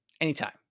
Anytime